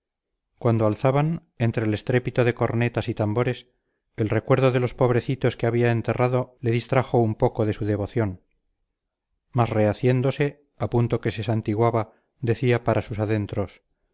cuando alzaban entre el estrépito de cometas y tambores el recuerdo de los pobrecitos que había enterrado le distrajo un poco de su devoción mas rehaciéndose a punto que se santiguaba decía para sus adentros